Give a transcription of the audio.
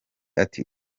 ati